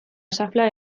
xafla